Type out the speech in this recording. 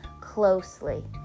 closely